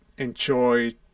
Enjoy